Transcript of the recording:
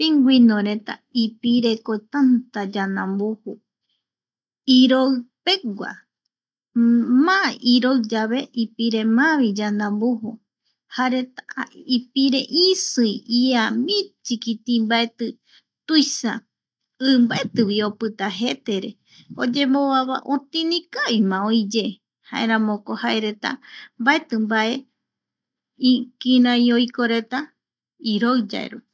Pingüinoreta ipireko tanta yandambuju iroi pegua, má iroi yave ipire má vi yandambuju jare ipire isii ia michii mbaeti tuisa i mbaeti opita jetere oyemo vava otini kavima oiyejaeramoko jaereta mbati mbae kirai oikoreta iroi yae rupi.